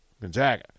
Gonzaga